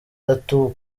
uku